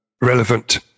relevant